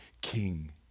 King